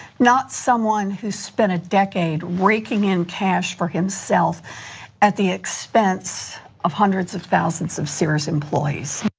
not someone who spent a decade raking in cash for himself at the expense of hundreds of thousands of sears employees.